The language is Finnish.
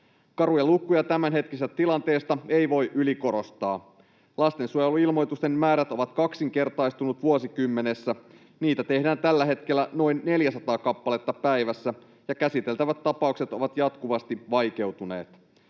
Karuja lukuja tämänhetkisestä tilanteesta ei voi ylikorostaa. Lastensuojeluilmoitusten määrä on kaksinkertaistunut vuosikymmenessä. Niitä tehdään tällä hetkellä noin 400 kappaletta päivässä, ja käsiteltävät tapaukset ovat jatkuvasti vaikeutuneet.